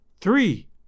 Three